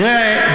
תראה,